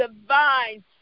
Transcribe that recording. divine